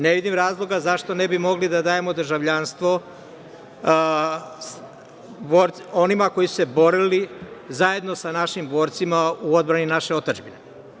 Ne vidim razloga zašto ne bi mogli da dajemo državljanstvo onima koji su se borili zajedno sa našim borcima u odbrani naše otadžbine.